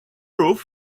roof